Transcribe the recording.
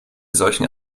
solchen